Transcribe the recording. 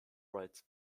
writes